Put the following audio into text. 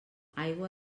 aigua